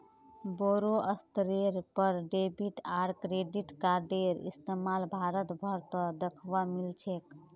बोरो स्तरेर पर डेबिट आर क्रेडिट कार्डेर इस्तमाल भारत भर त दखवा मिल छेक